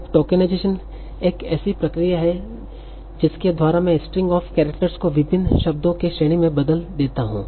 अब टोकेनाइजेशन एक ऐसी प्रक्रिया है जिसके द्वारा मैं स्ट्रिंग ऑफ कैरेक्टर्स को विभिन्न शब्दों के श्रेणी में बदल देता हूं